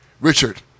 Richard